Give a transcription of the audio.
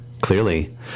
clearly